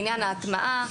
לעניין ההטמעה.